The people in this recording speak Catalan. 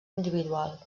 individual